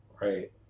right